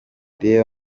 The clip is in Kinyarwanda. reba